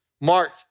Mark